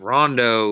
Rondo